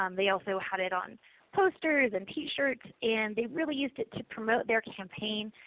um they also had it on posters and t-shirts, and they really used it to promote their campaign,